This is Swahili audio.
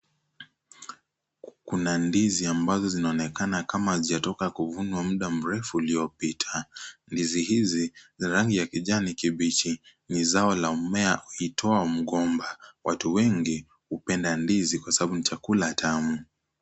Kuna ndizi ambazo zinaonekana kama hazijatoka kuvunwa muda mrefu uliopita, mizao hizi za rangi kibichi, mizao la mmea uitwao mgomba watu wengi hupenda ndizi kwa sababu ni chakula tamu.